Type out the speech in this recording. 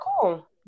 cool